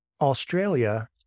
Australia